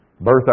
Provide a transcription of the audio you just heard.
birth